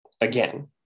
again